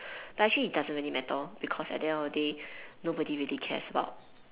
but actually it doesn't really matter because at the end of the day nobody really cares about